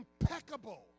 impeccable